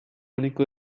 único